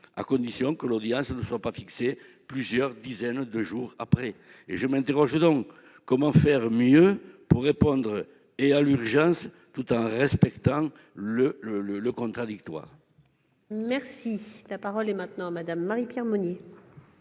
à condition que l'audience ne soit pas fixée plusieurs dizaines de jours après. Je m'interroge donc : comment faire mieux pour répondre à l'urgence, tout en respectant le contradictoire ? La parole est à Mme Marie-Pierre Monier,